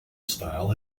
style